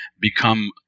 become